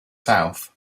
south